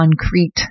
concrete